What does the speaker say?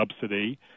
subsidy